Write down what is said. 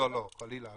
לא לא, חלילה.